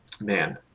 man